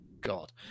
God